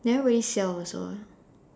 never really sell also